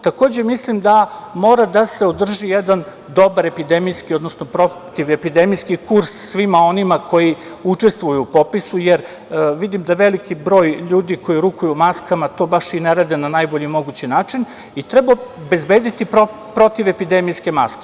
Takođe, mislim da mora da se održi jedan dobar epidemijski, odnosno, protivepidemijski kurs svima onima koji učestvuju u popisu, jer vidim da veliki broj ljudi koji rukuju maskama to baš i ne rade na najbolji mogući način i treba obezbediti protivepidemijske maske.